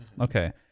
Okay